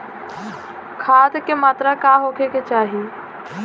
खाध के मात्रा का होखे के चाही?